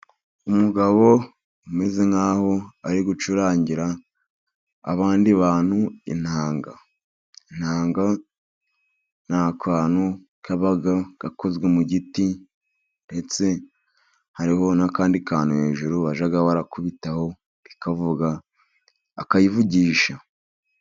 Umugabo umeze nkaho ari gucurangira abandi bantu inanga, inanga n'akantu kaba gakozwe mu giti ndetse hariho n'akandi kantu hejuru bajya barakubitaho ikavuga akayivugisha.